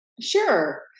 Sure